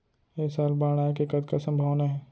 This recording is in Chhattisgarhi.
ऐ साल बाढ़ आय के कतका संभावना हे?